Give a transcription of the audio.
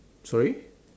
sorry